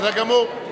בסדר גמור.